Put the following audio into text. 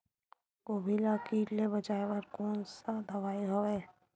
गोभी ल कीट ले बचाय बर कोन सा दवाई हवे?